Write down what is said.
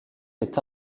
est